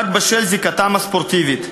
רק בשל זיקתם הספורטיבית,